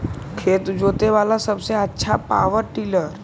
खेत जोते बाला सबसे आछा पॉवर टिलर?